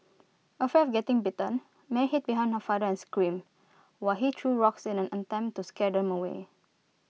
afraid of getting bitten Mary hid behind her father and screamed while he threw rocks in an attempt to scare them away